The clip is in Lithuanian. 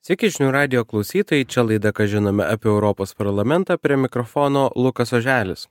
sveiki žinių radijo klausytojai čia laida ką žinome apie europos parlamentą prie mikrofono lukas oželis